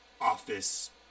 office